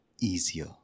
easier